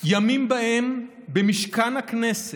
ימים שבהם במשכן הכנסת,